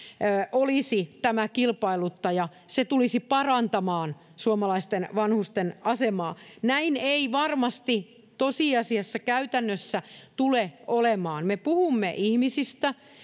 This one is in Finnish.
olisi tämä kilpailuttaja ja että se tulisi parantamaan suomalaisten vanhusten asemaa näin ei varmasti tosiasiassa käytännössä tule olemaan me puhumme ihmisistä